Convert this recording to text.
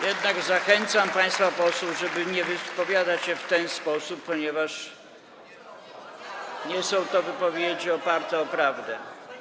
Jednak zachęcam państwa posłów, żeby nie wypowiadać się w ten sposób, ponieważ nie są to wypowiedzi oparte na prawdzie.